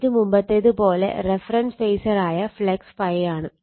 ഇത് മുമ്പത്തേത് പോലെ റഫറൻസ് ഫേസർ ആയ ഫ്ളക്സ് ∅ ആണ്